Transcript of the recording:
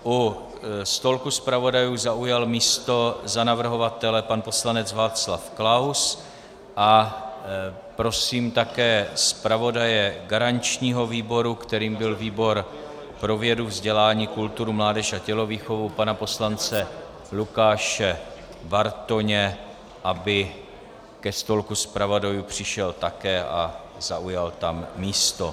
U stolku zpravodajů zaujal místo za navrhovatele pan poslanec Václav Klaus a prosím také zpravodaje garančního výboru, kterým byl výbor pro vědu, vzdělání, kulturu, mládež a tělovýchovu, pana poslance Lukáše Bartoně, aby ke stolku zpravodajů přišel také a zaujal tam místo.